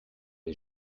les